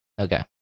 Okay